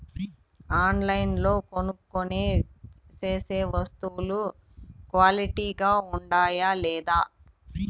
ఆన్లైన్లో కొనుక్కొనే సేసే వస్తువులు క్వాలిటీ గా ఉండాయా లేదా?